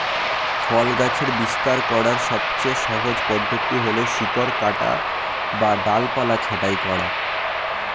ফল গাছের বিস্তার করার সবচেয়ে সহজ পদ্ধতি হল শিকড় কাটা বা ডালপালা ছাঁটাই করা